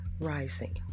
rising